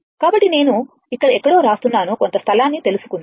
కాబట్టి నేను ఇక్కడ ఎక్కడో వ్రాస్తున్నాను కొంత స్థలాన్ని తెలుసుకుందాం